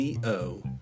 co